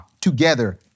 together